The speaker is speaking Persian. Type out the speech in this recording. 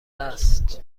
است